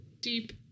Deep